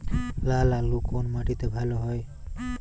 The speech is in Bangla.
লাল আলু কোন মাটিতে ভালো হয়?